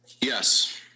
Yes